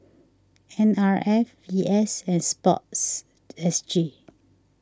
N R F V S and Sports S G